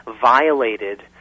violated